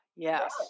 Yes